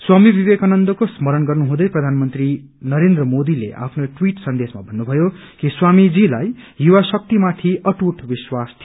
स्वामी विवेकानन्दको स्रमण गर्नुहुँदै प्रधानमन्त्री नरेन्द्र मोदीले आफ्नो ट्वीट सन्देशमा भन्नुभयो कि स्वामीजीलाई युवा शक्तिमाथि अटूट विश्वास थियो